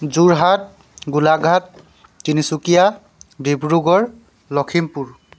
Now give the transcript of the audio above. Jorhat Golaghat Tinsukia Dibrugarh Lakhimpur